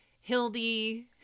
Hildy